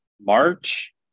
March